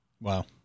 Wow